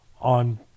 on